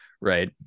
right